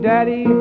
Daddy